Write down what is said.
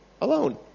alone